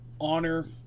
honor